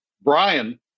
Brian